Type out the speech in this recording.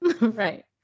Right